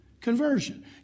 Conversion